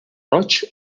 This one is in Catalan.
roig